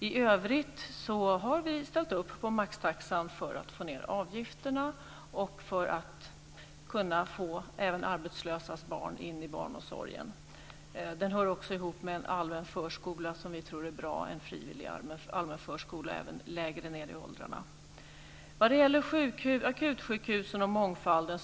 I övrigt har vi ställt upp på maxtaxan för att få ned avgifterna och för att kunna få även arbetslösas barn in i barnomsorgen. Det hör också ihop med en frivillig allmän förskola även längre ned i åldrarna, som vi tror är bra. Sedan var det frågan om akutsjukhusen och mångfalden.